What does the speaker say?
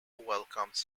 welcomes